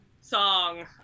song